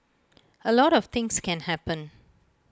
A lot of things can happen